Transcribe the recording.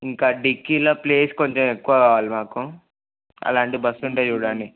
ఇంకా డిక్కీలో ప్లేస్ కొంచెం ఎక్కువ కావాలి మాకు అలాంటి బస్సు ఉంటే చూడండి